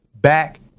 back